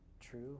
true